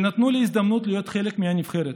שנתנו לי הזדמנות להיות חלק מהנבחרת.